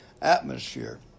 atmosphere